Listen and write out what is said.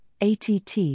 ATT